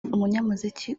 umunyamuziki